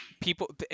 people